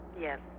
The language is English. Yes